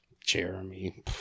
Jeremy